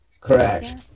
correct